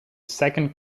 second